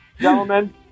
Gentlemen